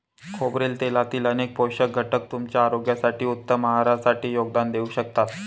खोबरेल तेलातील अनेक पोषक घटक तुमच्या आरोग्यासाठी, उत्तम आहारासाठी योगदान देऊ शकतात